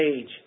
age